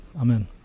Amen